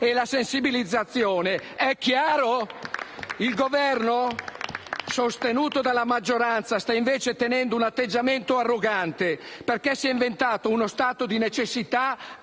*(Applausi dal Gruppo LN-Aut)*. Il Governo sostenuto dalla maggioranza sta invece tenendo un atteggiamento arrogante, perché si è inventato un stato di necessità